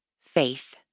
faith